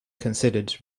considered